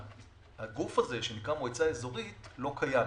הגוף הזה שנקרא "מועצה אזורית" לא קיים.